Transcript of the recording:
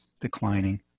declining